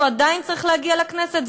הוא עדיין צריך להגיע לכנסת.